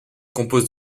compose